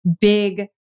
big